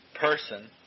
person